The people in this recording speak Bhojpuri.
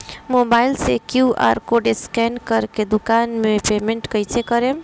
मोबाइल से क्यू.आर कोड स्कैन कर के दुकान मे पेमेंट कईसे करेम?